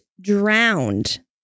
drowned